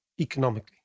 economically